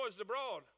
abroad